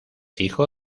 hijo